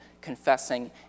confessing